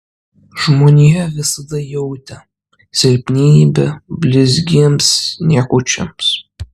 žmonija visada jautė silpnybę blizgiems niekučiams